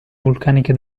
vulcaniche